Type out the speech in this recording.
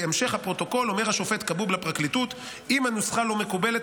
כי בהמשך הפרוטוקול אומר השופט כבוב לפרקליטות: אם הנוסחה לא מקובלת,